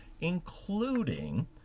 including